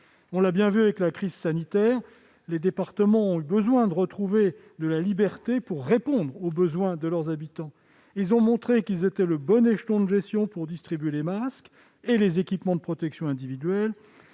On l'a bien vu avec la crise sanitaire, les départements ont besoin de retrouver de la liberté pour répondre aux besoins de leurs habitants. Ils ont montré qu'ils étaient le bon échelon de gestion pour distribuer les masques et les équipements de protection individuelle,